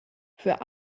für